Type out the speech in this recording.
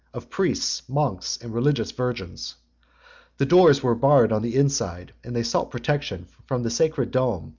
of priests, monks, and religious virgins the doors were barred on the inside, and they sought protection from the sacred dome,